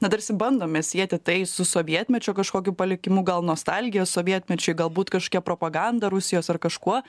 na tarsi bandome sieti tai su sovietmečio kažkokiu palikimu gal nostalgijos sovietmečiui galbūt kažkokia propaganda rusijos ar kažkuo